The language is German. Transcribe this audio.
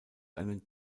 einen